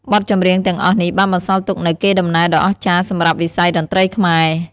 បទចម្រៀងទាំងអស់នេះបានបន្សល់ទុកនូវកេរដំណែលដ៏អស្ចារ្យសម្រាប់វិស័យតន្ត្រីខ្មែរ។